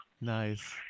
Nice